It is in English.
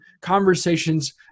conversations